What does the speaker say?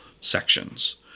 sections